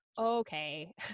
okay